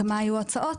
כמה היו הצעות